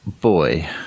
Boy